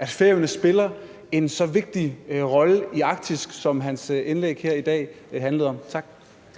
at Færøerne spiller en så vigtig rolle i Arktis, som hans indlæg her i dag handlede om. Tak.